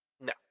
no